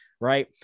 right